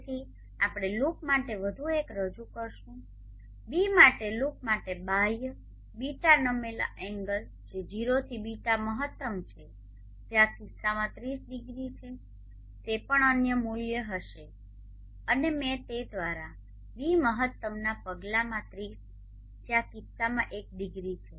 તેથી આપણે લૂપ માટે વધુ એક રજૂ કરીશું બી માટે લૂપ માટે બાહ્ય ß નમેલા એન્ગલ જે 0 થી ß મહત્તમ છે જે આ કિસ્સામાં 30 ડિગ્રી છે તે પણ અન્ય મૂલ્ય હશે અને મેં તે દ્વારા ß મહત્તમના પગલામાં 30 જે આ કિસ્સામાં એક ડિગ્રી છે